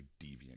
deviant